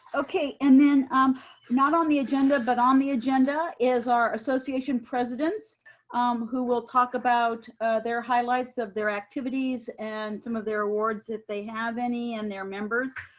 okay. and then um not on the agenda, but on the agenda is our association presidents um who will talk about their highlights of their activities and some of their awards if they have any and their members.